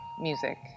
music